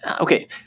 okay –